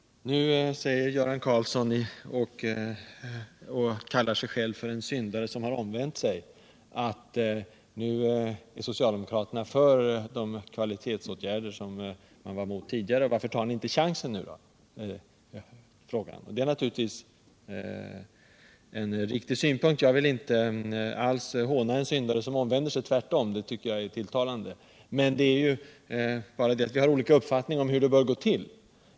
Göran Karlsson säger, och kallar sig själv för en syndare som har omvänt sig, att socialdemokraterna nu är för de kvalitetsåtgärder man var mot tidigare, och frågar varför vi inte tar chansen nu. Det är naturligtvis en riktig synpunkt. Jag vill inte alls håna en syndare som omvänder sig — tvärtom, det är tilltalande. Men vi har ju olika uppfattningar om hur arbetet för kvalitetshöjningen bör gå till.